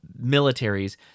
militaries